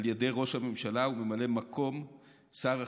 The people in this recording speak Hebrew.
על ידי ראש הממשלה וממלא מקום שר החינוך,